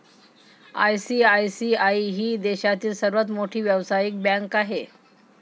ICICI ही देशातील सर्वात मोठी व्यावसायिक बँक आहे